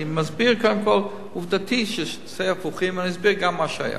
אני מסביר עובדתית שזה שני הפכים ואני אסביר גם מה שהיה.